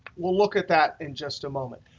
well look at that in just a moment.